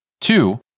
Two